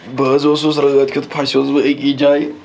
بہٕ حظ اوسُس رٲتھ کیُتھ پھَسہ اوس بہٕ أکی جایہ